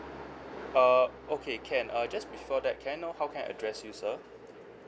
uh okay can uh just before that can I know how can I address you sir